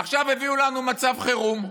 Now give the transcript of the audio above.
ועכשיו הביאו לנו מצב חירום.